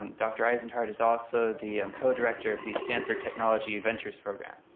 um dr. eisenhardt is also the um co-director of the stanford technology ventures program.